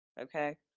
okay